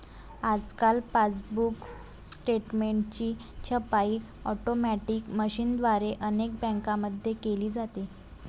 आजकाल पासबुक स्टेटमेंटची छपाई ऑटोमॅटिक मशीनद्वारे अनेक बँकांमध्ये केली जाते